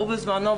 הוא בזמנו,